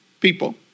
people